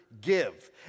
give